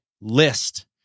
list